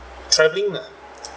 travelling lah